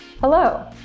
Hello